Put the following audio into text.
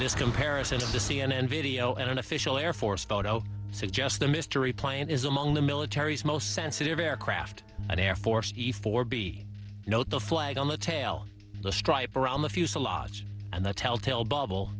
this comparison to c n n video and an official air force photo suggest the mystery plane is among the militaries most sensitive aircraft an air force f four b note the flag on the tail the stripe around the fuselage and the telltale bubble